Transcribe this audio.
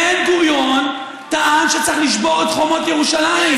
בן-גוריון טען שצריך לשבור את חומות ירושלים.